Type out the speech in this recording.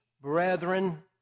brethren